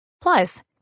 Plus